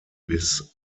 bis